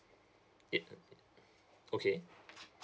it okay